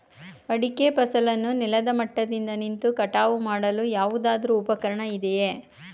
ಅಡಿಕೆ ಫಸಲನ್ನು ನೆಲದ ಮಟ್ಟದಿಂದ ನಿಂತು ಕಟಾವು ಮಾಡಲು ಯಾವುದಾದರು ಉಪಕರಣ ಇದೆಯಾ?